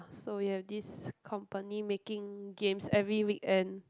so we have this company making games every weekend